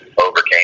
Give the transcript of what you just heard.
overcame